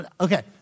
Okay